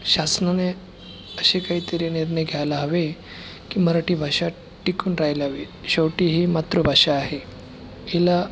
शासनाने असे काहीतरी निर्णय घ्यायला हवे की मराठी भाषा टिकून राहायला हवी शेवटी ही मातृभाषा आहे हिला